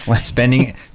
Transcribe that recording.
spending